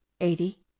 eighty